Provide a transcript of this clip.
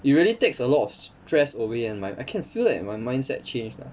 it really takes a lot of stress away and my I can feel that my mindset change lah